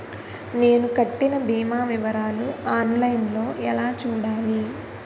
నేను కట్టిన భీమా వివరాలు ఆన్ లైన్ లో ఎలా చూడాలి?